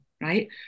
right